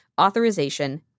authorization